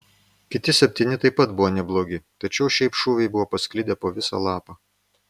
kiti septyni taip pat buvo neblogi tačiau šiaip šūviai buvo pasklidę po visą lapą